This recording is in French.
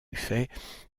fait